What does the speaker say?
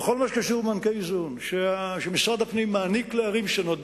בכל מה שקשור במענקי איזון שמשרד הפנים מעניק לערים שונות,